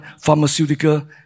pharmaceutical